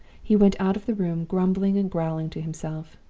he went out of the room grumbling and growling to himself.